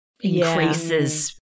increases